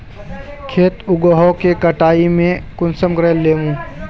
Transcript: खेत उगोहो के कटाई में कुंसम करे लेमु?